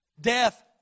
Death